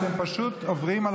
זה